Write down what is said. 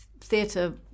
theatre